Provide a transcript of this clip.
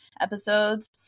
episodes